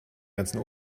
ganzen